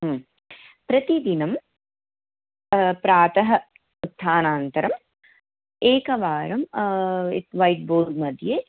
प्रतिदिनं प्रातः उत्थानान्तरम् एकवारं वैट् बोर्ड् मध्ये